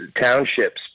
townships